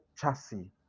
chassis